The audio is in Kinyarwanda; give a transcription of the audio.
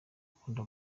akunda